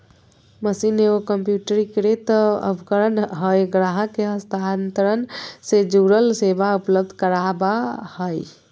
machine एगो कंप्यूटरीकृत उपकरण हइ ग्राहक के हस्तांतरण से जुड़ल सेवा उपलब्ध कराबा हइ